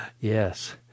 yes